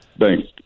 Thanks